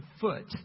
foot